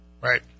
Right